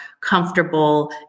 comfortable